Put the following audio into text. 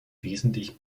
wesentlich